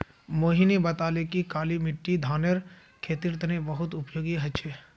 मोहिनी बताले कि काली मिट्टी धानेर खेतीर तने बहुत उपयोगी ह छ